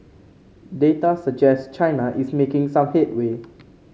data suggest China is making some headway